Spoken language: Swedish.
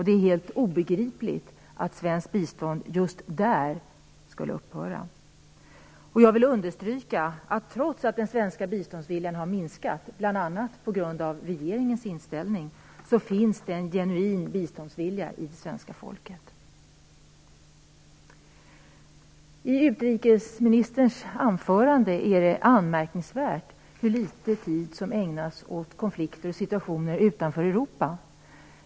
Det är helt obegripligt att svenskt bistånd skall upphöra just där. Jag vill understryka att trots att den svenska biståndsviljan har minskat, bl.a. på grund av regeringens inställning, finns det en genuin biståndsvilja hos det svenska folket. I utrikesministerns anförande är det anmärkningsvärt hur litet tid som ägnas åt konflikter och situationer utanför Europa.